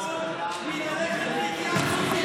--- חנוך,